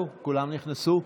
כולם נכנסו?